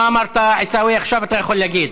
יכול להגיד.